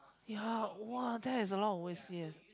ya that is a lot of wastage